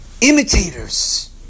imitators